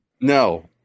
No